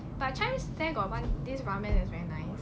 but chijmes there got one this ramen is very nice